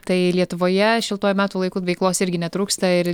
tai lietuvoje šiltuoju metų laiku veiklos irgi netrūksta ir